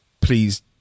please